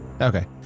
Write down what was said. Okay